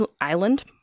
Island